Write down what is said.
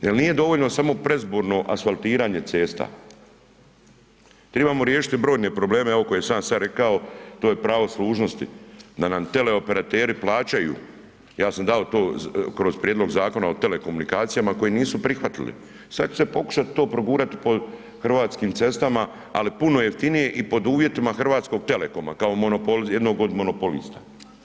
Jer nije dovoljno samo predizborno asfaltiranje cesta, tribamo riješiti brojne probleme evo koje sam ja sada rekao, to je pravo služnosti, da nam teleoperateri plaćaju, ja sam dao to kroz prijedlog zakona o telekomunikacija koji nisu prihvatili, sad će se pokušati to progurati po hrvatskim cestama, ali puno jeftinije i pod uvjetima Hrvatskog telekoma kao jednog od monopolista.